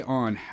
on